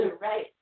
Right